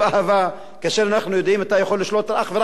אתה יכול לשלוט אך ורק על 50% מהמהלכים,